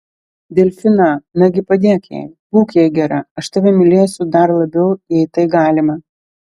delfiną nagi padėk jai būk jai gera aš tave mylėsiu dar labiau jei tai galima